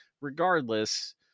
regardless